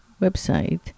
website